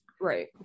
Right